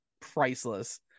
priceless